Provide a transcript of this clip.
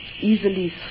easily